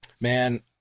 Man—